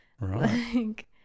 Right